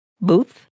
booth